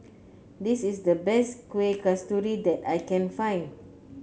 this is the best Kueh Kasturi that I can find